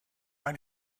ein